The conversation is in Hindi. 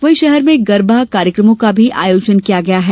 वहीं शहर में गरबा कार्यक्रमों का आयोजन भी किया गया है